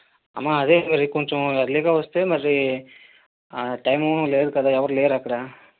అమ్మా అదే మరి కొంచెం ఎర్లీగా వస్తే మరీ టైము లేదు కదా ఎవరు లేరు అక్కడ